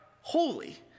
holy